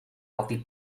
healthy